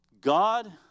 God